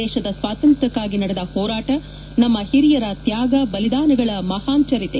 ದೇಶದ ಸ್ವಾತಂತ್ರ್ ಕ್ಕಾಗಿ ನಡೆದ ಹೋರಾಟ ನಮ್ಮ ಹಿರಿಯರ ತ್ಕಾಗ ಬಲಿದಾನಗಳ ಮಹಾನ್ ಚರಿತೆ